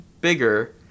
bigger